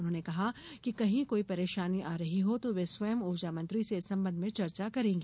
उन्होंने कहा कि कहीं कोई परेशानी आ रही हो तो वे स्वयं ऊर्जा मंत्री से इस संबंध में चर्चा करेंगी